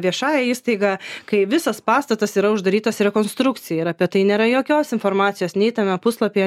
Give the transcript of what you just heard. viešąja įstaiga kai visas pastatas yra uždarytas rekonstrukcijai ir apie tai nėra jokios informacijos nei tame puslapyje